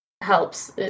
helps